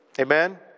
Amen